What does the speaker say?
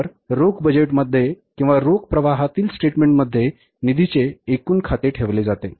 तर रोख बजेटमध्ये किंवा रोख प्रवाहातील स्टेटमेंटमध्ये निधीचे एकूण खाते ठेवले जाते